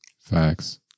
Facts